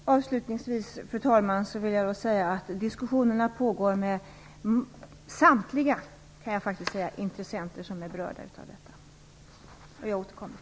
Fru talman! Avslutningsvis vill jag säga att diskussioner pågår med samtliga intressenter som är berörda. Jag återkommer i denna fråga.